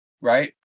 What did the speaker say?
Right